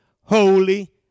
holy